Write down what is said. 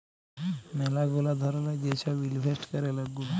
ম্যালা গুলা ধরলের যে ছব ইলভেস্ট ক্যরে লক গুলা